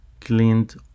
cleaned